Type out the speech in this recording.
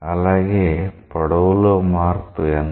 అలాగే పొడవు లో మార్పు ఎంత